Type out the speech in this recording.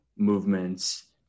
movements